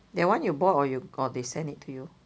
that one you bought or they send it to you